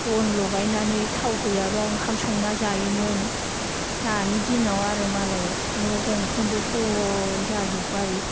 बन लगायनानै थाव गैयाब्ला ओंखाम संना जायोमोन दानि दिनाव आर' मालाय न' गंफ्रोमबो फहर जाजोब्बाय